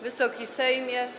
Wysoki Sejmie!